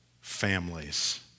families